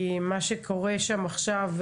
כי מה שקורה שם עכשיו,